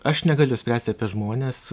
aš negaliu spręsti apie žmones